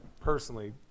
personally